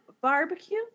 barbecue